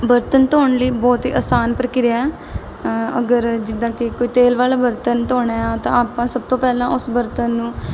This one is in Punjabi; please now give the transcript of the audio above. ਬਰਤਨ ਧੋਣ ਲਈ ਬਹੁਤ ਹੀ ਆਸਾਨ ਪ੍ਰਕਿਰਿਆ ਅਗਰ ਜਿੱਦਾਂ ਕਿ ਕੋਈ ਤੇਲ ਵਾਲਾ ਬਰਤਣ ਧੋਣਾ ਹੈ ਤਾਂ ਆਪਾਂ ਸਭ ਤੋਂ ਪਹਿਲਾਂ ਉਸ ਬਰਤਨ ਨੂੰ